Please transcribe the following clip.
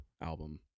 album